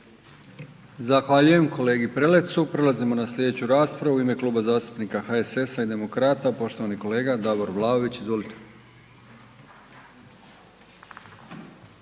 Zahvaljujem kolegi Prelecu. Prelazimo na slijedeću raspravu, u ime Kluba zastupnika HSS-a i Demokrata, poštovani kolega Davor Vlaović, izvolite.